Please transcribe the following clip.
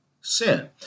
sin